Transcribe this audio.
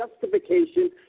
justification